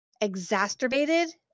exacerbated